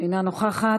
אינה נוכחת.